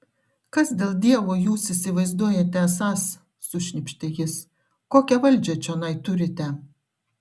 kas dėl dievo jūs įsivaizduojate esąs sušnypštė jis kokią valdžią čionai turite